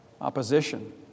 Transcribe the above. opposition